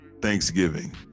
Thanksgiving